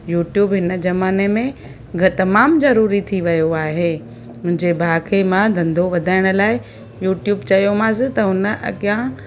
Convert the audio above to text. YouTube हिन ज़माने में घ तमामु ज़रूरी थी वियो आहे मुंहिंजे भाउ खे मां धंधो वधाइण लाइ यूट्यूब चयोमांसि त उन अॻियां